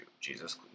Jesus